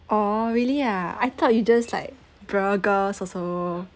oh really ah I thought you just like also